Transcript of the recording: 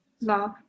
Love